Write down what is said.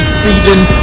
feeding